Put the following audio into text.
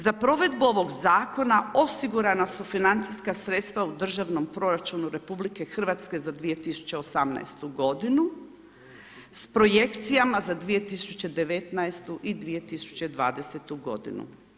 Za provedbu ovog zakona osigurana su financijska sredstva u državnom proračunu RH za 2018. godinu s projekcijama za 2019. i 2020. godinu.